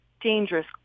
dangerous